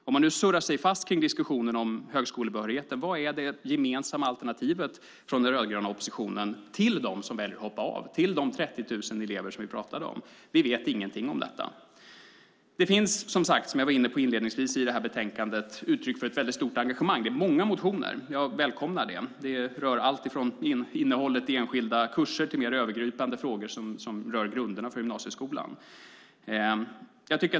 Om man nu surrar sig fast vid diskussionen om högskolebehörigheten: Vad är det gemensamma alternativet från den rödgröna oppositionen till dem som hoppar av, de 30 000 elever som vi talar om? Vi vet ingenting om det. Som jag var inne på inledningsvis finns det i detta betänkande uttryck för ett väldigt stort engagemang. Det är många motioner. Jag välkomnar det. Det rör allt från innehållet i enskilda kurser till mer övergripande frågor som rör grunderna för gymnasieskolan.